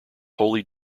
wholly